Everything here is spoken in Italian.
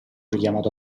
richiamato